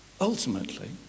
ultimately